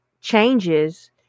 changes